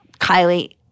Kylie